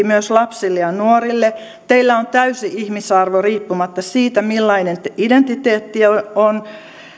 myös lapsille ja nuorille teillä on täysi ihmisarvo riippumatta siitä millainen identiteetti